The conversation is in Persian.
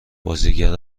بازیگر